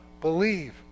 Believe